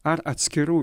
ar atskirų